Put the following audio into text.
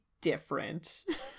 different